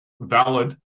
valid